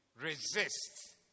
Resist